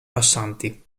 passanti